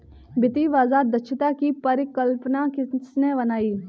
वित्तीय बाजार दक्षता की परिकल्पना किसने बनाई?